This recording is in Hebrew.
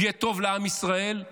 ויהיה טוב לעם ישראל,